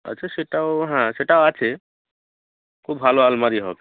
আচ্ছা সেটাও হ্যাঁ সেটা আছে খুব ভালো আলমারি হবে